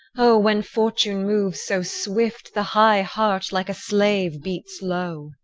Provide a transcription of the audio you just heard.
o, when fortune moves so swift, the high heart like a slave beats low.